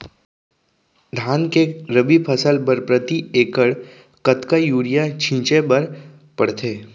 धान के रबि फसल बर प्रति एकड़ कतका यूरिया छिंचे बर पड़थे?